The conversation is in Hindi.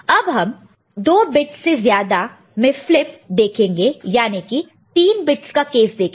अब हम 2 बिट्स से ज्यादा में फ्लिप देखेंगे याने की 3 बिट्स का केस देखेंगे